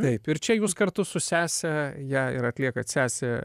taip ir čia jūs kartu su sese ją ir atliekat sesė